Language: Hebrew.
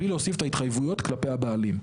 בלי להוסיף את ההתחייבויות כלפי הבעלים.